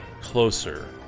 closer